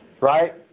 right